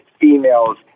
females